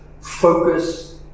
focus